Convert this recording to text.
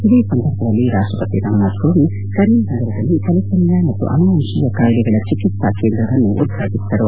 ಇದೇ ಸಂದರ್ಭದಲ್ಲಿ ರಾಷ್ಷಪತಿ ರಾಮನಾಥ್ ಕೋವಿಂದ್ ಕರೀಂನಗರದಲ್ಲಿ ತಲಸೆಮಿಯ ಮತ್ತು ಅನುವಂಶೀಯ ಕಾಯಿಲೆಗಳ ಚಿಕಿತ್ಸಾ ಕೇಂದ್ರವನ್ನು ಉದ್ಘಾಟಿಸಿದರು